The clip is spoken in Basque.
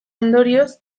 ondorioz